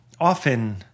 often